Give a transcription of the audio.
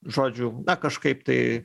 žodžiu na kažkaip tai